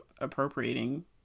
appropriating